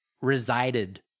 resided